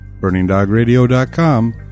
burningdogradio.com